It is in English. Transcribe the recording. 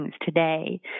today